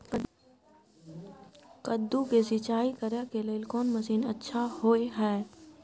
कद्दू के सिंचाई करे के लेल कोन मसीन अच्छा होय है?